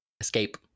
Escape